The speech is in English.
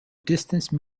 distance